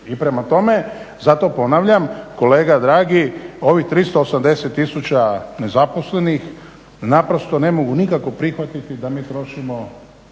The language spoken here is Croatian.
I prema tome, zato ponavljam kolega dragi ovih 380000 nezaposlenih naprosto ne mogu nikako prihvatiti da mi trošimo